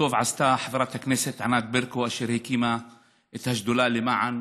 וטוב עשתה חברת הכנסת ענת ברקו שהקימו את השדולה למען